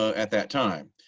at that time.